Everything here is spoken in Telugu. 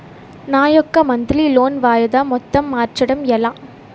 నా యెక్క మంత్లీ లోన్ వాయిదా మొత్తం మార్చడం ఎలా?